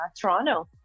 Toronto